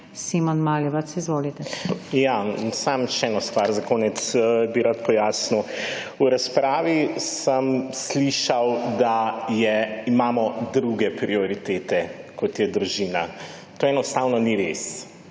sekretar MDDSZ):** Samo še eno stvar za konec bi rad pojasnil. V razpravi sem slišal, da imamo druge prioritete kot je družina. To enostavno ni res.